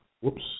whoops